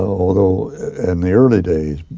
ah although in the early days,